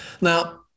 Now